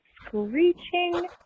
screeching